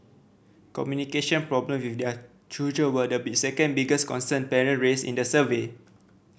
communication problem with their children were the second biggest concern parent raised in the survey